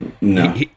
no